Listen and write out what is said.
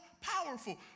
powerful